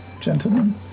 gentlemen